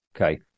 Okay